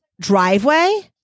driveway